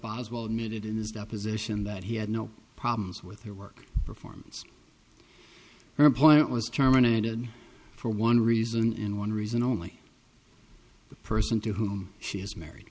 boswell admitted in his deposition that he had no problems with your work performance employment was terminated for one reason in one reason only the person to whom she is married